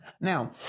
Now